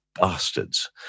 bastards